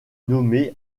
nommée